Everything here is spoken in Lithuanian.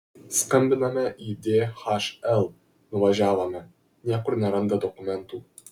skambiname į dhl nuvažiavome niekur neranda dokumentų